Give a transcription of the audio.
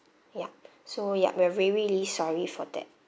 yup so ya we're very really sorry for that